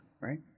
right